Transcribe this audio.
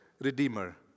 redeemer